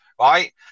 Right